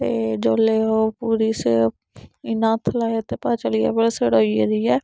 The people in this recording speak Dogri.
ते जेल्लै ओह् पूरी इयां हत्थ लाया ते पता चली गेआ भला ओह् सड़ोई गेदी ऐ